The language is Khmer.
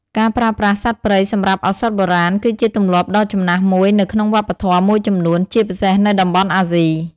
ការប្រើប្រាស់សត្វព្រៃសម្រាប់ឱសថបុរាណគឺជាទម្លាប់ដ៏ចំណាស់មួយនៅក្នុងវប្បធម៌មួយចំនួន ជាពិសេសនៅតំបន់អាស៊ី។